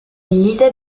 lisait